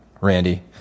Randy